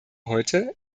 heute